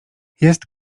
jest